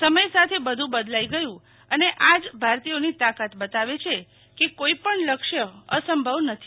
સમય સાથે બધું બદલાઈ ગયું અને આ જ ભારતીયોની તાકાત બતાવે છે કે કોઈ પણ લક્ષ્ય અસંભવ નથી